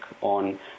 on